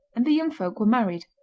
and the young folk were married.